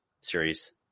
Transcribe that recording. series